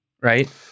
right